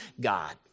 God